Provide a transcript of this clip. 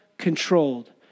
controlled